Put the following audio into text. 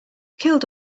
killed